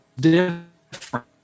different